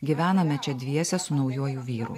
gyvename čia dviese su naujuoju vyru